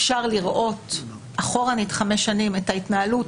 אפשר לראות אחורנית חמש שנים את ההתנהלות